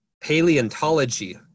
paleontology